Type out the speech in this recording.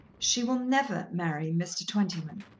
she will never marry mr. twentyman.